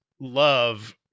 love